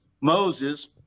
Moses